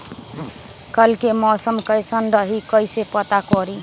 कल के मौसम कैसन रही कई से पता करी?